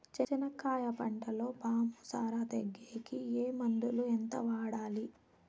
చెనక్కాయ పంటలో పాము సార తగ్గేకి ఏ మందులు? ఎంత వాడాలి?